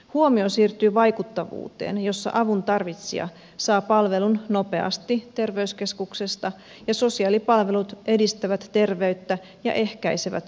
huomio siirtyy vaikuttavuuteen jossa avun tarvitsija saa palvelun nopeasti terveyskeskuksesta ja sosiaalipalvelut edistävät terveyttä ja ehkäisevät ongelmia